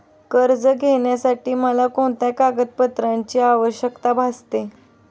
कर्ज घेण्यासाठी मला कोणत्या कागदपत्रांची आवश्यकता भासेल?